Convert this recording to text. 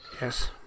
yes